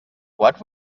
what